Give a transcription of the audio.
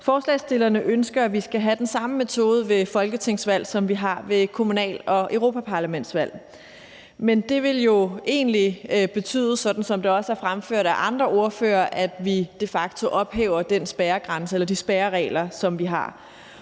Forslagsstillerne ønsker, at vi skal have den samme metode ved folketingsvalg, som vi har ved kommunal- og europaparlamentsvalg. Men det vil jo egentlig betyde, som det også er fremført af andre ordførere, at vi de facto ophæver den spærregrænse eller de spærreregler, som vi har,